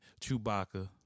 Chewbacca